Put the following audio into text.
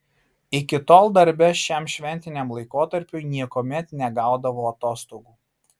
iki tol darbe šiam šventiniam laikotarpiui niekuomet negaudavo atostogų